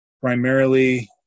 primarily